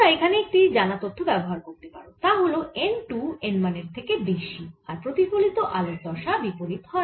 তোমরা এখানে একটি জানা তথ্য ব্যবহার করতে পারো তা হল n 2 n 1 এর থেকে বেশি আর প্রতিফলিত আলোর দশা বিপরীত হয়